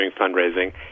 fundraising